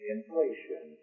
Inflation